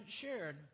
shared